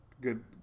good